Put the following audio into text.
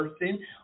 person